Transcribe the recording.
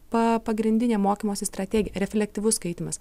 pa pagrindinė mokymosi strategija reflektyvus skaitymas